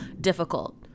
difficult